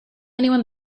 anyone